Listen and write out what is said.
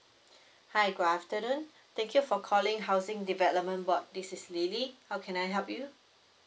hi good afternoon thank you for calling housing development board this is lily how can I help you